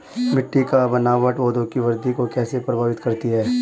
मिट्टी की बनावट पौधों की वृद्धि को कैसे प्रभावित करती है?